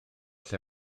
lle